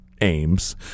aims